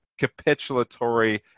capitulatory